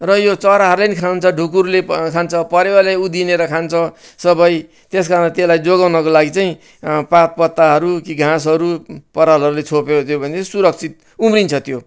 र यो चराहरूले नि खान्छ ढुकुरले खान्छ परेवाले उधिँनेर खान्छ सबै त्यस कारणले त्यसलाई जोगाउनको लागि चाहिँ पात पत्ताहरू घाँसहरू परालहरूले छोप्यो दियो भने सुरक्षित उम्रिन्छ त्यो